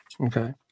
Okay